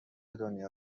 دنیا